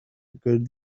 good